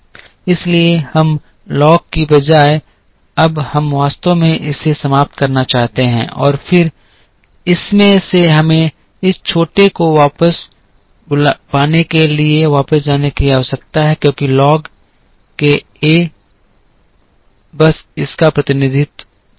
इसलिए हमें लॉग की बजाय अब हम वास्तव में इसे समाप्त करना चाहते हैं और फिर इसमें से हमें इस छोटे को वापस पाने के लिए वापस जाने की आवश्यकता है क्योंकि लॉग के ए बस इसका प्रतिनिधि है